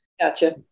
Gotcha